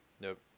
Nope